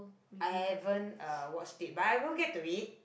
I haven't uh watched it but I will get to it